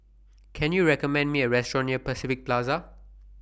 Can YOU recommend Me A Restaurant near Pacific Plaza